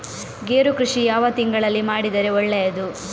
ಗೇರು ಕೃಷಿ ಯಾವ ತಿಂಗಳಲ್ಲಿ ಮಾಡಿದರೆ ಒಳ್ಳೆಯದು?